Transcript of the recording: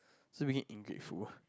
so make it <UNK